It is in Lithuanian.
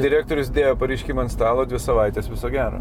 direktorius dėjo pareiškimą ant stalo dvi savaitės viso gero